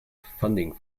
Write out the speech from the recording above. funding